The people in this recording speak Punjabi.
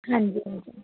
ਹਾਂਜੀ ਹਾਂਜੀ